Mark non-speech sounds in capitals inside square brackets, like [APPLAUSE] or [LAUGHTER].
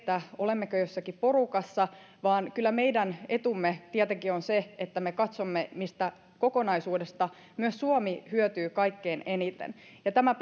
olemmeko jossakin porukassa vaan kyllä meidän etumme tietenkin on se että me katsomme mistä kokonaisuudesta myös suomi hyötyy kaikkein eniten ja tämän [UNINTELLIGIBLE]